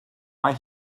mae